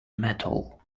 metal